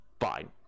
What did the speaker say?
fine